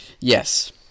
Yes